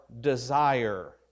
desire